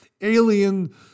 alien